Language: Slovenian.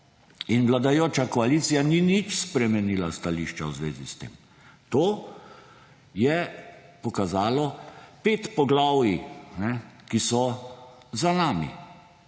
In vladajoča koalicija ni nič spremenila stališča v zvezi s tem. To je pokazalo pet poglavij, ki so za nami,